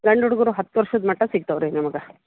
ಗಂಡು ಹುಡುಗರು ಹತ್ತು ವರ್ಷದ ಮಟ್ಟ ಸಿಕ್ತಾವೆ ರೀ ನಮಗೆ